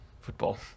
football